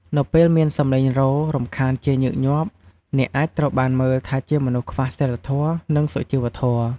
នៅពេលមានសំឡេងរោទ៍រំខានជាញឹកញាប់ អ្នកអាចត្រូវបានមើលថាជាមនុស្សខ្វះសីលធម៌ និងសុជីវធម៌។